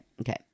Okay